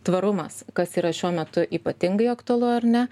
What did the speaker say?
tvarumas kas yra šiuo metu ypatingai aktualu ar ne